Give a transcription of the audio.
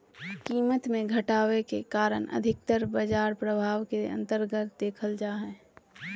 कीमत मे घटाव के कारण अधिकतर बाजार प्रभाव के अन्तर्गत देखल जा हय